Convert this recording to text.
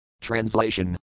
Translation